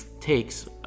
takes